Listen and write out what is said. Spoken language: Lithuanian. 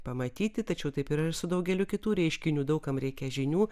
pamatyti tačiau taip yra ir su daugeliu kitų reiškinių daug kam reikia žinių